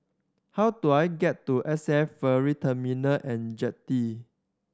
how do I get to S A F Ferry Terminal And Jetty